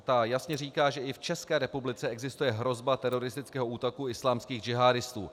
Ta jasně říká, že i v České republice existuje hrozba teroristického útoku islámských džihádistů.